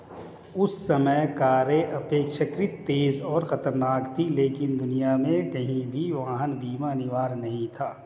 उस समय कारें अपेक्षाकृत तेज और खतरनाक थीं, लेकिन दुनिया में कहीं भी वाहन बीमा अनिवार्य नहीं था